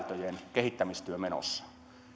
kehittämistyö menossa